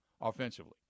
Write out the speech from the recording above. offensively